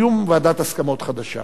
קיום ועדת הסכמות חדשה.